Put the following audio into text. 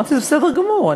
אמרתי: זה בסדר גמור,